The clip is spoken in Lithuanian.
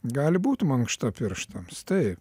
gali būti mankšta pirštams taip